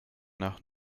nach